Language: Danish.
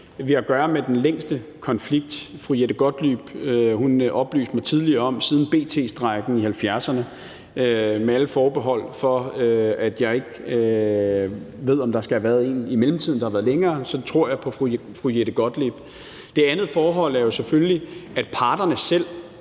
BT-strejken i 1970'erne, som fru Jette Gottlieb oplyste mig om tidligere, og med alle forbehold for, at jeg ikke ved, om der skal have været en i mellemtiden, der har varet længere, tror jeg på fru Jette Gottlieb. Det andet forhold er selvfølgelig, at parterne selv,